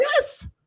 Yes